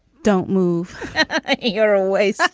don't move ah your ways.